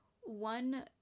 one